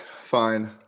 fine